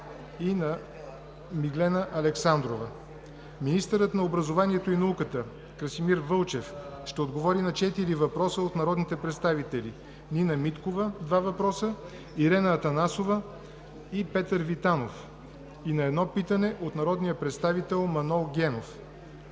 на образованието и науката Красимир Вълчев ще отговори на четири въпроса от народните представители Нина Миткова, два въпроса; Ирена Анастасова и Петър Витанов; и на едно питане от народния представител Манол Генов;